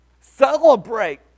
Celebrate